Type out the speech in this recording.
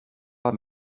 pas